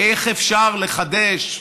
איך אפשר לחדש,